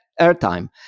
airtime